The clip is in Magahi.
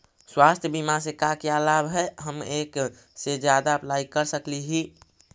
स्वास्थ्य बीमा से का क्या लाभ है हम एक से जादा अप्लाई कर सकली ही?